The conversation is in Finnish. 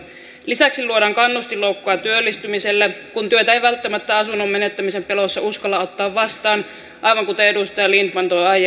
lisäksi luodaan kannustinloukkua työllistymiselle kun työtä ei välttämättä asunnon menettämisen pelossa uskalla ottaa vastaan aivan kuten edustaja lindtman toi aiemmin esille